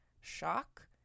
shock